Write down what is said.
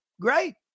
Great